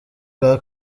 bwa